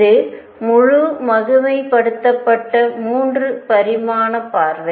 இது முழு மகிமைப்படுத்தப்பட்ட 3 பரிமாண பார்வை